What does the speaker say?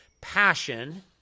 passion